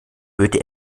würde